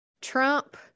Trump